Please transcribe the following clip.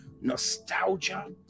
Nostalgia